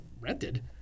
rented